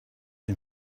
him